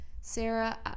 sarah